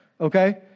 okay